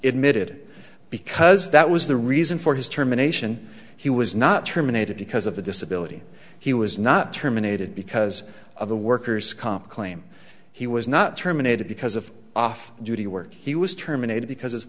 mid because that was the reason for his terminations he was not terminated because of a disability he was not terminated because of the worker's comp claim he was not terminated because of off duty work he was terminated because of